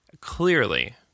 Clearly